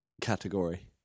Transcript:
category